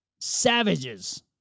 savages